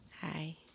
Hi